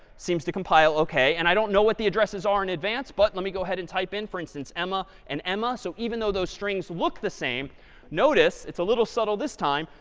seems to compile ok. and i don't know what the addresses are in advance. but let me go ahead and type in, for instance, emma and emma. so even though those strings look the same notice, it's a little subtle this time,